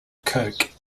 coke